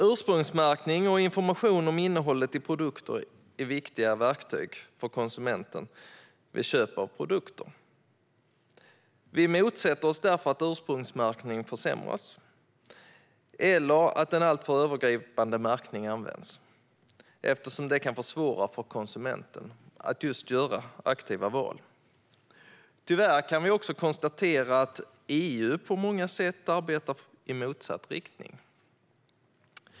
Ursprungsmärkning och information om innehållet i produkter är viktiga verktyg för konsumenten vid köp av produkter. Vi motsätter oss därför att ursprungsmärkningen försämras eller att en alltför övergripande märkning används eftersom detta kan försvåra för konsumenten att göra aktiva val. Tyvärr kan vi konstatera att EU på många sätt arbetar i motsatt riktning.